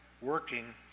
working